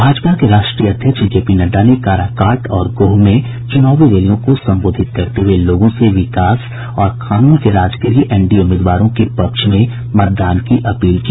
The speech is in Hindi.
भाजपा के राष्ट्रीय अध्यक्ष जे पी नड्डा ने काराकाट और गोह में चुनावी रैलियों को संबोधित करते हुए लोगों से विकास और कानून के राज के लिए एनडीए उम्मीदवारों के पक्ष में लोगों से मतदान की अपील की